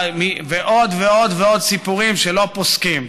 ועוד ועוד סיפורים שלא פוסקים.